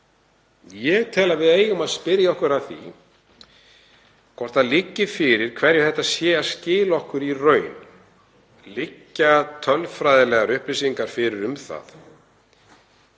Ég tel að við eigum að spyrja okkur að því hvort fyrir liggi hverju þetta sé að skila okkur í raun. Liggja tölfræðilegar upplýsingar fyrir um það